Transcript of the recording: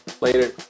Later